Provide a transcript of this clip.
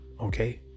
Okay